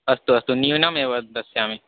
अस्तु अस्तु न्यूनमेव दास्यामि